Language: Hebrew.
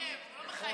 הוא לא מחייב.